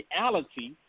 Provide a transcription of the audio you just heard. reality